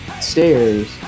stairs